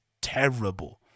terrible